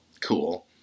cool